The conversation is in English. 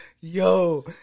Yo